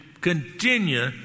Continue